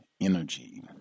energy